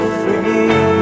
free